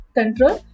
control